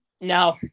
Now